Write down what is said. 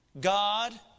God